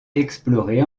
explorée